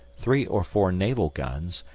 three or four naval guns,